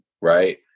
right